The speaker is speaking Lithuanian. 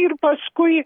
ir paskui